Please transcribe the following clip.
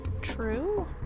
True